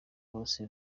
bose